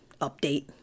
update